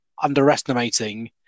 underestimating